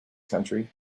country